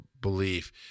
belief